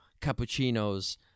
Cappuccino's